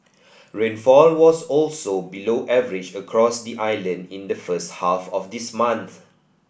rainfall was also below average across the Island in the first half of this month